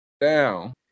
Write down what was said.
down